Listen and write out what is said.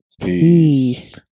Peace